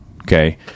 Okay